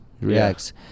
reacts